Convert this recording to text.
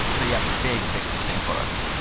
so yeah, big, big thing for us.